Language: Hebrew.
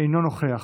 אינו נוכח,